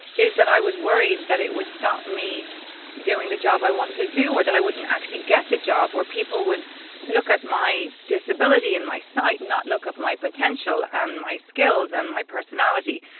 is that i was worried that it would stop me doing the job i wanted to do or that i wouldn't actually get the job where people would look at my disability and my sight, not look at my potential and my skills and my personality,